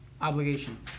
obligation